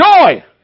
joy